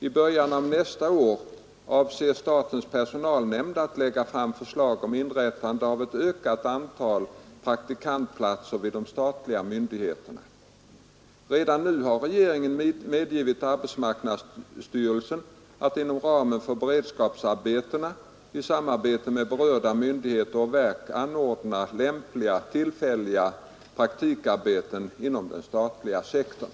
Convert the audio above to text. I början av nästa år avser statens personalnämnd att lägga fram förslag om inrättandet av ett ökat antal praktikantplatser vid de statliga myndigheterna. Redan nu har regeringen givit arbetsmarknadsstyrelsen i uppdrag att inom ramen för beredskapsarbetena i samarbete med berörda myndigheter och verk anordna lämpliga tillfälliga praktikarbeten inom den statliga sektorn.